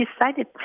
decided